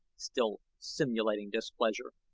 still simulating displeasure.